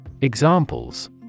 Examples